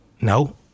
No